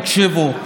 תקשיבו,